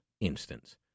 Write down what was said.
instance